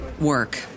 work